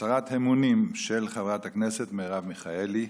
הצהרת אמונים של חברת הכנסת מרב מיכאלי.